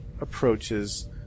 approaches